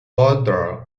border